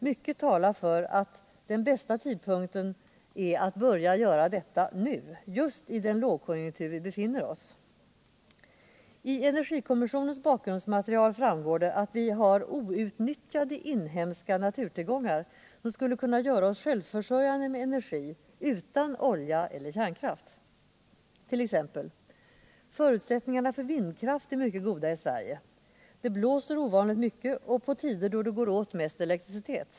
Mycket talar för att det är bästa tidpunkten att börja göra detta nu, just i den lågkonjunktur som vi befinner oss i. Av energikommissionens bakgrundsmaterial framgår att vi har outnyttjade inhemska naturtillgångar, som skulle kunna göra oss självförsörjande med energi utan olja eller kärnkraft. Förutsättningarna för vindkraft är t.ex. mycket goda i Sverige. Det blåser ovanligt mycket, och på tider då det går åt mest elektricitet.